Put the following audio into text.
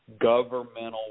governmental